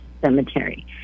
cemetery